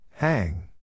Hang